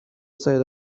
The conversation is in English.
side